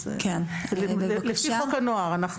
לפי חוק הנוער,